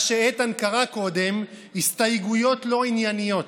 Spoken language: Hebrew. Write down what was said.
מה שאיתן קרא קודם "הסתייגויות לא ענייניות",